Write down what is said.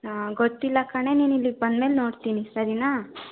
ಹಾಂ ಗೊತ್ತಿಲ್ಲ ಕಣೆ ನೀನಿಲ್ಲಿಗೆ ಬಂದಮೇಲೆ ನೋಡ್ತೀನಿ ಸರಿನಾ